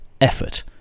effort